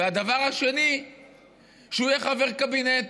והדבר השני שהוא יהיה חבר קבינט,